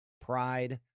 pride